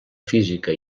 física